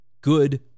good